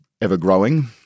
ever-growing